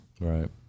right